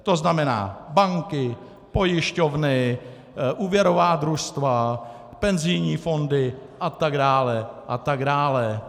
To znamená banky, pojišťovny, úvěrová družstva, penzijní fondy a tak dále a tak dále.